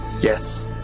Yes